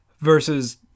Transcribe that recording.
versus